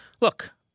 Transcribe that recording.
look